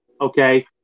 okay